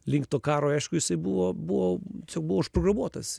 link to karo aišku jisai buvo buvo čia buvo užprogramuotas